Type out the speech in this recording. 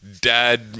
Dad